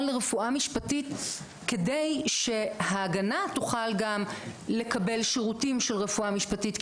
לרפואה משפטית כדי שההגנה תוכל גם לקבל שירותים של רפואה משפטית.